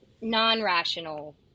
non-rational